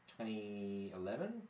2011